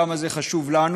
כמה זה חשוב לנו,